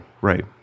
right